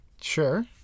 Sure